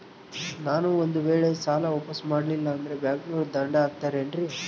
ನಾನು ಒಂದು ವೇಳೆ ಸಾಲ ವಾಪಾಸ್ಸು ಮಾಡಲಿಲ್ಲಂದ್ರೆ ಬ್ಯಾಂಕನೋರು ದಂಡ ಹಾಕತ್ತಾರೇನ್ರಿ?